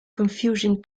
confusion